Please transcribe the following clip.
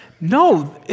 No